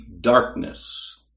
Darkness